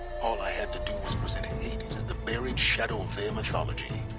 all i had to to present hades as the buried shadow of their mythology